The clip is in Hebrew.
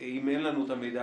אם אין לנו את המידע,